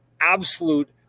absolute